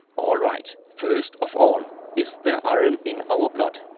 alright, first of all is there iron in our blood?